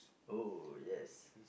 oh yes